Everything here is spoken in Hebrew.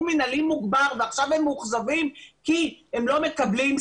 מנהלי מוגבר ועכשיו הם מאוכזבים כי הם לא מקבלים,